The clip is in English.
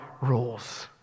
rules